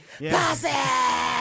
bossy